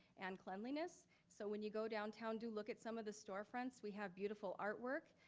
and cleanliness. so when you go downtown, do look at some of the storefronts. we have beautiful artwork.